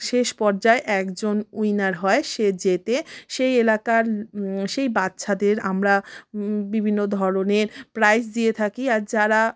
শেষ পর্যায় একজন উইনার হয় সে জেতে সেই এলাকার সেই বাচ্চাদের আমরা বিভিন্ন ধরনের প্রাইজ দিয়ে থাকি আর যারা